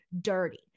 dirty